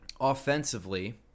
offensively